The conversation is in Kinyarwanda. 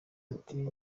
ati